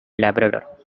labrador